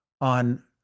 On